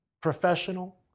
professional